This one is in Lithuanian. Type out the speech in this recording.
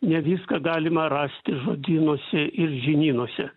ne viską galima rasti žodynuose ir žinynuose